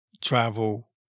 travel